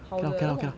好的那种